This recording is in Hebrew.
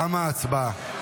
תמה ההצבעה.